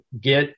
get